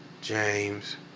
James